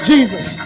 Jesus